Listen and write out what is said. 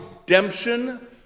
redemption